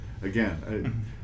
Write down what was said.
Again